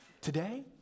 today